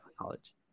College